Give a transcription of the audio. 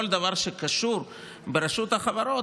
כל דבר שקשור ברשות החברות,